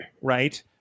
Right